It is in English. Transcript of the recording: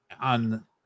on